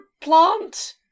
plant